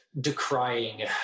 decrying